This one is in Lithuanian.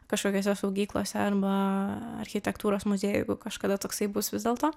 kažkokiose saugyklose arba architektūros muziejuj jeigu kažkada toksai bus vis dėlto